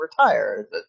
retire